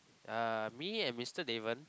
uh me and Mister Daven